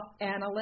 analyst